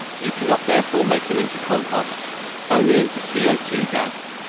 you cannot therefore make them into compost only into c o two gas.